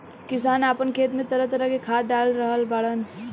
किसान आपना खेत में तरह तरह के खाद डाल रहल बाड़न